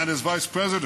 And as Vice President,